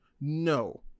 no